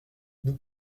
nous